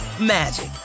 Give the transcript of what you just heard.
magic